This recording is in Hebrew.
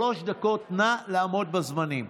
שלוש דקות, נא לעמוד בזמנים.